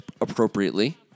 appropriately